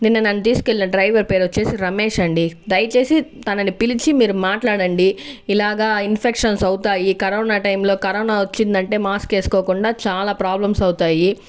నిన్న నన్ను తీసుకెళ్లిన డ్రైవర్ పేరు వచ్చేసి రమేష్ అండి దయచేసి తనని పిలిచి మీరు మాట్లాడండి ఇలాగా ఇన్ఫెక్షన్స్ అవుతాయి కరోనా టైంలో కరోనా వచ్చిందంటే మాస్క్ వేసుకోకుండా చాలా ప్రాబ్లమ్స్ అవుతాయి